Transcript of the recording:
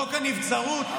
חוק הנבצרות,